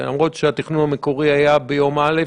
למרות שהתכנון המקורי היה ביום א',